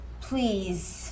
please